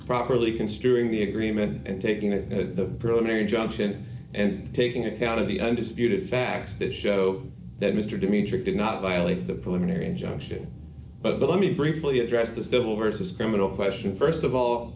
properly considering the agreement and taking the preliminary injunction and taking account of the undisputed facts that show that mr dimitri did not violate the preliminary injunction but let me briefly address the civil versus criminal question st of all